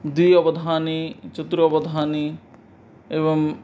द्वि अवधानी चतुरवधानी एवं